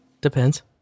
Depends